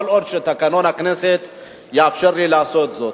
עוד יאפשר לי תקנון הכנסת לעשות זאת.